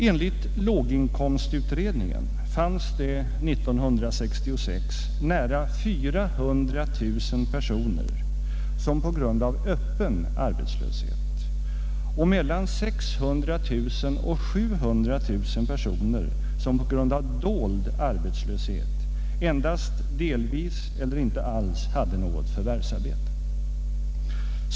Enligt låginkomstutredningen fanns det 1966 nära 400 000 personer som på grund av öppen arbetslöshet och mellan 600 000 och 700 000 personer som på grund av dold arbetslöshet endast delvis eller inte alls hade något förvärvsarbete.